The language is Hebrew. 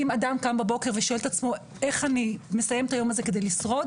ואם אדם קם בבוקר ושואל את עצמו: איך אני מסיים את היום הזה כדי לשרוד?